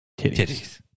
titties